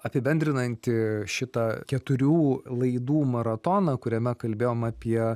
apibendrinanti šitą keturių laidų maratoną kuriame kalbėjom apie